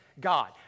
God